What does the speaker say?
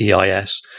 EIS